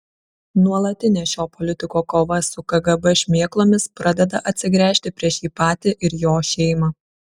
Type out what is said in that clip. nuolatinė šio politiko kova su kgb šmėklomis pradeda atsigręžti prieš jį patį ir jo šeimą